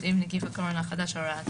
עם נגיף הקורונה החדש (הוראת שעה),